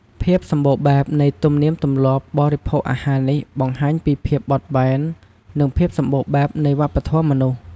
ភាពសម្បូរបែបនៃទំនៀមទម្លាប់បរិភោគអាហារនេះបង្ហាញពីភាពបត់បែន និងភាពសម្បូរបែបនៃវប្បធម៌មនុស្ស។